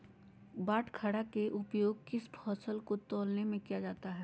बाटखरा का उपयोग किस फसल को तौलने में किया जाता है?